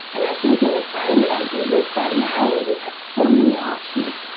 and i think in the time like we live right now where we have so many options,